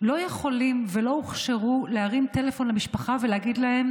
לא יכולים ולא הוכשרו להרים טלפון למשפחה ולהגיד להם: